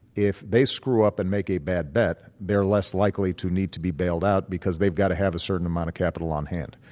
if they screw up and make a bad bet, they are less likely to need to be bailed out because they've got to have a certain amount of capital on hand.